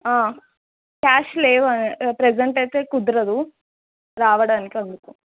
cash లేవా present అయితే కుదరదు రావడానికి అందుకు